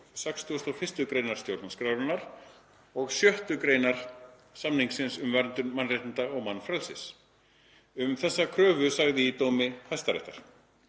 og 61. gr. stjórnarskrárinnar og 6. gr. samningsins um verndun mannréttinda og mannfrelsis. Um þessa kröfu sagði í dómi Hæstaréttar: